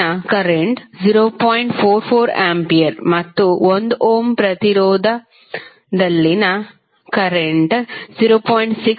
44 ampere ಮತ್ತು 1 ohm ಪ್ರತಿರೋಧದಲ್ಲಿನ current 0